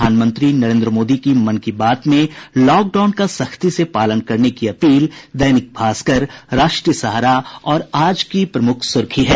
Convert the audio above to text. प्रधानमंत्री नरेन्द्र मोदी की मन की बात में लॉकडाउन का सख्ती से पालन करने की अपील दैनिक भास्कर राष्ट्रीय सहारा और आज की प्रमुख सुर्खी है